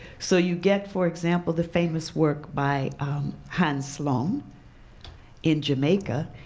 so you get for example, the famous work by hans sloane in jamaica,